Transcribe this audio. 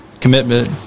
commitment